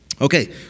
Okay